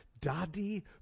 Daddy